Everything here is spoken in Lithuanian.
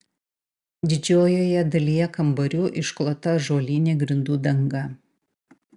didžiojoje dalyje kambarių išklota ąžuolinė grindų danga